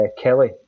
Kelly